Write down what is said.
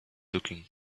looking